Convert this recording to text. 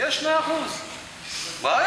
היה 2%. בעיה.